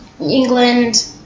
England